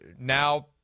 now